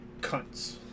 cunts